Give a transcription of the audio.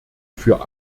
für